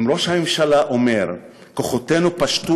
אם ראש הממשלה אומר: כוחותינו פשטו